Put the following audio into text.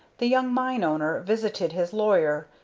the young mine-owner visited his lawyer,